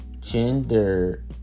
Gender